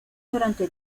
durante